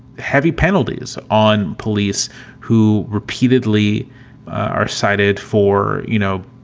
heavy penalties on police who repeatedly are cited for, you know,